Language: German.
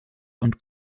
und